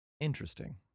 Interesting